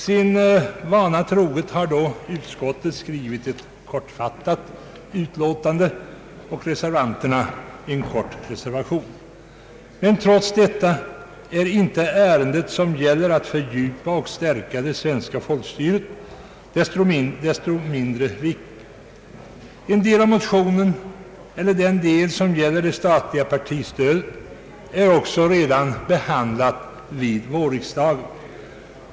Som vanligt har utskottet skrivit ett kortfattat utlåtande och reservanterna en kort reservation. Men trots detta är inte ärendet, som gäller att fördjupa och stärka det svenska folkstyret, mindre viktigt. En del av motionen, nämligen den del som gäller det statliga partistödet, är också redan behandlad vid vårriksdagen.